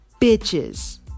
bitches